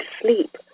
sleep